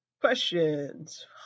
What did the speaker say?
questions